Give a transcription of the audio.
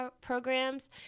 programs